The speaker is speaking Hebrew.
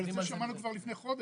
את זה שמענו כבר לפני חודש.